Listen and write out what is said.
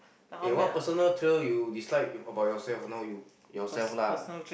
okay what personal trail you dislike about yourself now you yourself lah